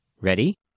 Ready